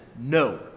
No